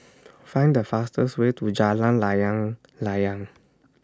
Find The fastest Way to Jalan Layang Layang